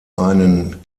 einen